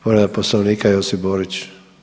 Povreda Poslovnika Josip Borić.